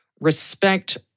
respect